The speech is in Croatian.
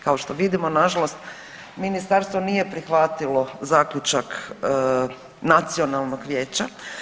Kao što vidimo na žalost ministarstvo nije prihvatilo zaključak Nacionalnog vijeća.